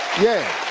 yeah,